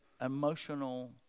emotional